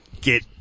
get